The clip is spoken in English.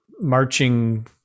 marching